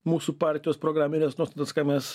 mūsų partijos programines nuostatas ką mes